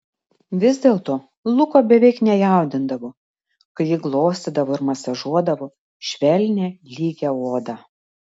vis dėlto luko beveik nejaudindavo kai ji glostydavo ir masažuodavo švelnią lygią odą